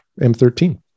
M13